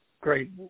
great